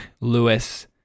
Lewis